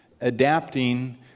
adapting